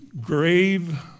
grave